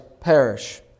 perish